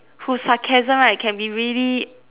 whose sarcasm right can be really